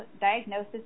diagnosis